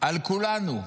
על כולנו,